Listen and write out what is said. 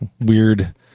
weird